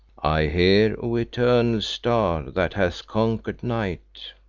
i hear, o eternal star that hath conquered night.